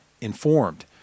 informed